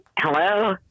Hello